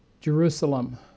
Jerusalem